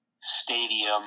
stadium